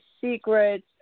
secrets